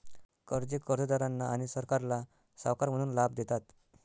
कर्जे कर्जदारांना आणि सरकारला सावकार म्हणून लाभ देतात